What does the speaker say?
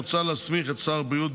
מוצע להסמיך את שר הבריאות,